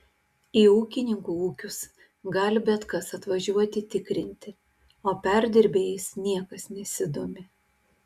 į ūkininkų ūkius gali bet kas atvažiuoti tikrinti o perdirbėjais niekas nesidomi